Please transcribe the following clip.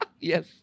Yes